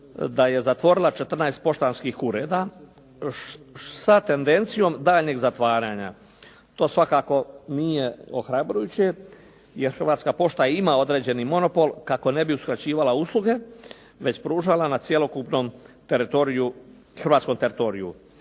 zatvorila 14 poštanskih ureda sa tendencijom daljnjeg zatvaranja. To svakako nije ohrabrujuće jer Hrvatska pošta ima određeni monopol kako ne bi uskraćivala usluge već pružala na cjelokupnom hrvatskom teritoriju